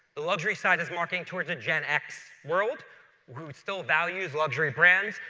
the luxury side is marketing towards a gen x world who still values luxury brands.